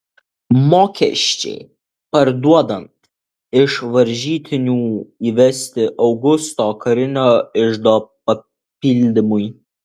mokesčiai parduodant iš varžytinių įvesti augusto karinio iždo papildymui